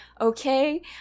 okay